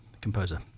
composer